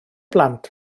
blant